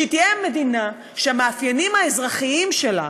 שהיא תהיה מדינה שמהמאפיינים האזרחיים שלה